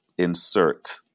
insert